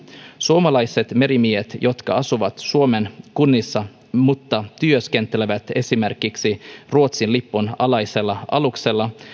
suomalaiset merimiehet jotka asuvat suomen kunnissa mutta työskentelevät esimerkiksi ruotsin lipun alaisella aluksella